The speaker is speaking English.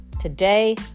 Today